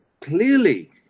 clearly